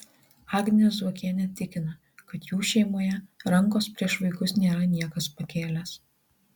agnė zuokienė tikina kad jų šeimoje rankos prieš vaikus nėra niekas pakėlęs